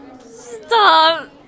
Stop